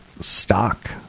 stock